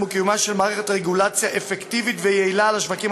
ולקיומה של מערכת רגולציה אפקטיבית ויעילה על השווקים